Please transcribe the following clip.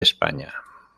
españa